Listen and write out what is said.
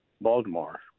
Baltimore